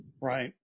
Right